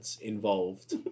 involved